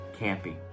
campy